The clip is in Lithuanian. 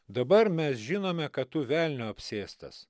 dabar mes žinome kad tu velnio apsėstas